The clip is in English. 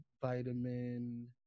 Vitamin